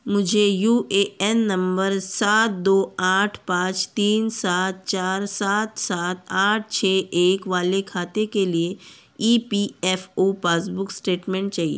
मुझे U A N number सात दो आठ पाच तीन सात चार सात सात आठ छः एक वाले खाते के लिए E P F O passbook statement चाहिए